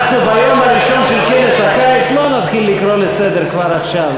אנחנו ביום הראשון של כנס הקיץ לא נתחיל לקרוא לסדר כבר עכשיו,